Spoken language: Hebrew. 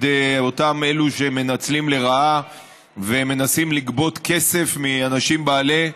אותם אלה שמנצלים לרעה ומנסים לגבות כסף מאנשים בעלי,